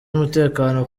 umutekano